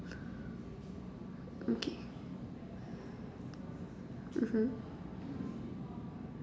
okay mmhmm